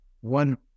one